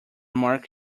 marc